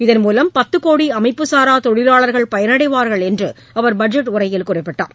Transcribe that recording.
இதன் மூலம் பத்து கோடி அமைப்புசாரா தொழிலாளர்கள் பயனடைவார்கள் என்று அவர் பட்ஜெட் உரையில் குறிப்பிட்டார்